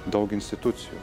daug institucijų